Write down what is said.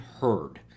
heard